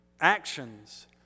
Actions